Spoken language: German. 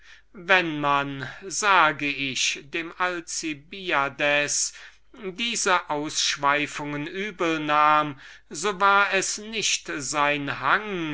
wenn man sage ich dem alcibiades diese ausschweifungen übel nahm so war es nicht sein hang